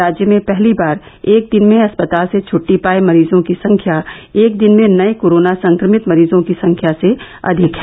राज्य में पहली बार एक दिन में अस्पताल से छट्टी पाए मरीजों की संख्या एक दिन में नए कोरोना संक्रमित मरीजों की संख्या से अधिक है